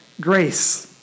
grace